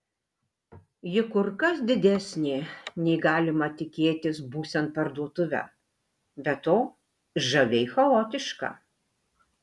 ji kur kas didesnė nei galima tikėtis būsiant parduotuvę be to žaviai chaotiška